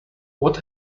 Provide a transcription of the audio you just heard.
what